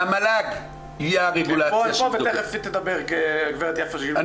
הצענו שהמל"ג יהיה הרגולציה --- הם פה ותיכף תדבר גב' יפה זילברשץ.